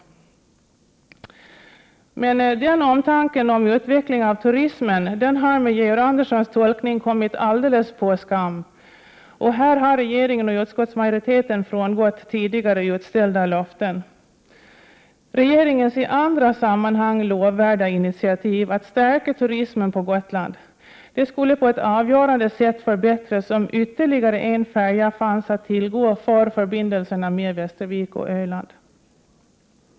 Men denna omtanke om utveckling av turismen har med Georg Anderssons tolkning kommit alldeles på skam. Här har regeringen och utskottsmajoriteten frångått tidigare utställda löften. Regeringens i andra sammanhang lovvärda initiativ att stärka turismen på Gotland skulle på ett avgörande sätt bli ännu bättre om ytterligare en färja fanns att tillgå för förbindelserna med Västervik och Öland.